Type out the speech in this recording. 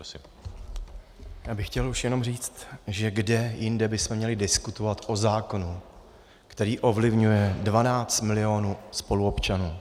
Já bych chtěl už jenom říct, že kde jinde bychom měli diskutovat o zákonu, který ovlivňuje 12 milionů spoluobčanů.